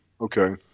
Okay